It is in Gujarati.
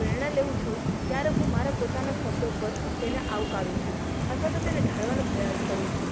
પ્રેરણા લઉં છું ત્યારે હું મારા પોતાના શબ્દો પર તેને આવકારું છું અથવા તો તેને ઢાળવાનો પ્રયાસ કરું છું